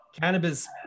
cannabis